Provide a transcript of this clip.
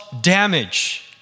damage